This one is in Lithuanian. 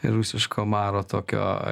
rusiško maro tokio